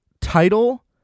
title